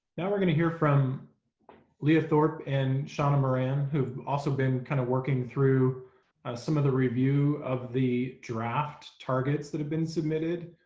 now we're gonna hear from leah thorp and shawna moran who've also been kind of working through some of the review of the draft targets that have been submitted.